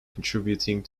contributing